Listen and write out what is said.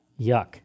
Yuck